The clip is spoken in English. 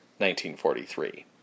1943